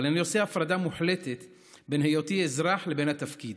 אבל אני עושה הפרדה מוחלטת בין היותי אזרח לבין התפקיד.